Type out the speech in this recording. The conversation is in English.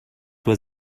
was